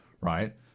right